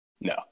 No